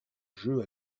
jeu